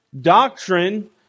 doctrine